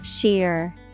Sheer